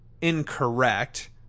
incorrect